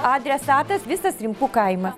adresatas visas rimkų kaima